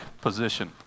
position